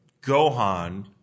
Gohan